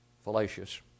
fallacious